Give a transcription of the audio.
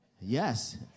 Yes